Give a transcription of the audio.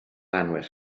anwes